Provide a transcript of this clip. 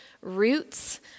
roots